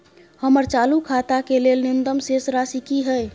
हमर चालू खाता के लेल न्यूनतम शेष राशि की हय?